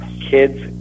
kids